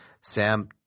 Sam